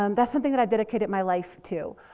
um that's something that i've dedicated my life to.